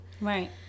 Right